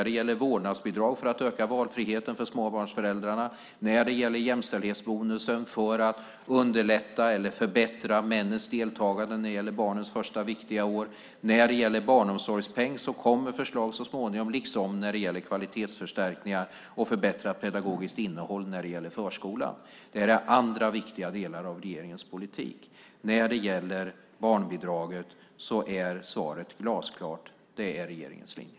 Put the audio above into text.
Det gäller vårdnadsbidraget för att öka valfriheten för småbarnföräldrar och jämställdhetsbonusen för att underlätta eller förbättra männens deltagande under barnens första viktiga år. När det gäller barnomsorgspeng kommer förslag så småningom, liksom när det gäller kvalitetsförstärkningar och förbättrat pedagogiskt innehåll i förskolan. Det här är andra viktiga delar av regeringens politik. När det gäller barnbidraget är svaret glasklart: Detta är regeringens linje.